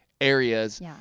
areas